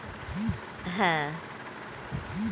সমাজের জন্য মানুষ সবগুলো এন্ট্রপ্রেনিউরশিপ করে